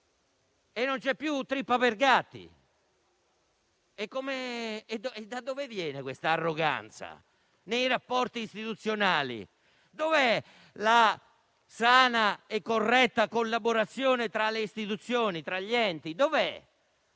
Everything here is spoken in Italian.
Non c'è più trippa per gatti. Da dove viene quest'arroganza nei rapporti istituzionali? Dov'è la sana e corretta collaborazione tra le Istituzioni e gli enti? Dov'è?